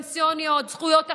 זכויות פנסיוניות, זכויות אחרות,